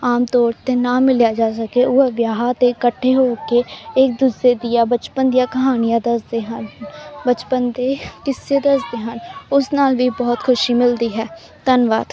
ਆਮ ਤੌਰ 'ਤੇ ਨਾ ਮਿਲਿਆ ਜਾ ਸਕੇ ਉਹ ਵਿਆਹ 'ਤੇ ਇਕੱਠੇ ਹੋ ਕੇ ਇੱਕ ਦੂਸਰੇ ਦੀਆ ਬਚਪਨ ਦੀਆਂ ਕਹਾਣੀਆਂ ਦੱਸਦੇ ਹਨ ਬਚਪਨ ਦੇ ਕਿੱਸੇ ਦੱਸਦੇ ਹਨ ਉਸ ਨਾਲ ਵੀ ਬਹੁਤ ਖੁਸ਼ੀ ਮਿਲਦੀ ਹੈ ਧੰਨਵਾਦ